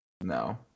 No